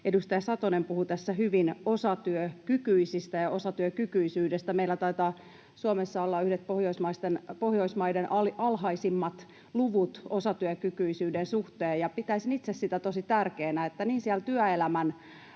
Edustaja Satonen puhui tässä hyvin osatyökykyisistä ja osatyökykyisyydestä. Meillä taitaa Suomessa olla yhdet Pohjoismaiden alhaisimmista luvuista osatyökykyisyyden suhteen, ja pitäisin itse sitä tosi tärkeänä, että niin siellä työelämän